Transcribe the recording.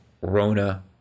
Rona